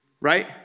right